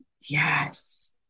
yes